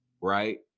right